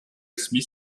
smith